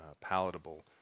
palatable